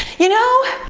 you know,